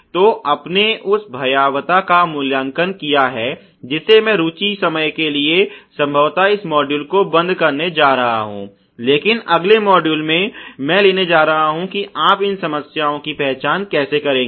तो आपने उस भयावता का मूल्यांकन किया है जिसे मैं रुचि समय के लिए संभवतः इस मॉड्यूल को बंद करने जा रहा हूं लेकिन अगले मॉड्यूल में मैं यह लेने जा रहा हूं कि आप इस समस्याओं की पहचान कैसे करेंगे